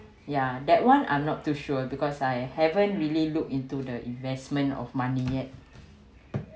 ya that one I'm not too sure because I haven't really looked into the investment of money yet